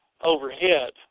overhead